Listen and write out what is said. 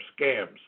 scams